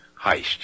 heist